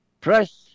press